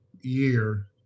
year